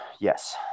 Yes